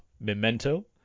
Memento